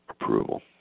approval